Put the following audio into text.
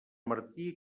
martí